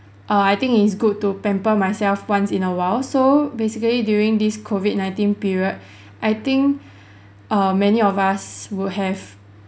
err I think it's good to pamper myself once in a while so basically during this COVID nineteen period I think err many of us would have